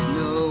no